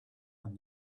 and